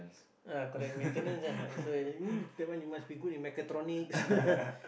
ah correct maintenance ah so that one you must be good in mechatronics